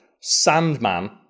Sandman